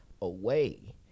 away